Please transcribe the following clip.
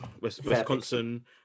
Wisconsin